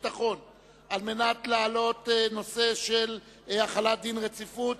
והביטחון על מנת להעלות נושא של החלת דין רציפות,